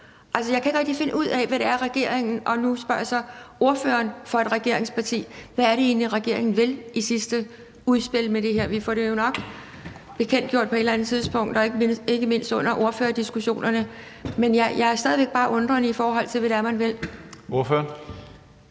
Jeg kan ikke rigtig finde ud af, hvad det egentlig er, regeringen – og nu spørger jeg så ordføreren for et regeringsparti – vil med sit sidste udspil om det her. Vi får det jo nok bekendtgjort på et eller andet tidspunkt, ikke mindst under ordførerdiskussionerne, men jeg er bare stadig forundret over, hvad det er, man vil. Kl.